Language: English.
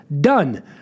Done